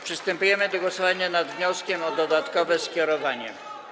Przystępujemy do głosowania nad wnioskiem o dodatkowe skierowanie.